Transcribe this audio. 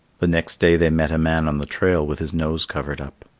the next day they met a man on the trail with his nose covered up.